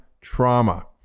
trauma